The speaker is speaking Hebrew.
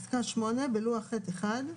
(8)בלוח ח'1,